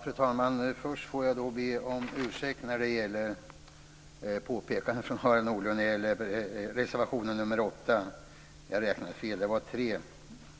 Fru talman! Först får jag be om ursäkt när det gäller reservation nr 8. Jag räknade fel. Det var tre